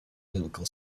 biblical